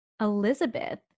Elizabeth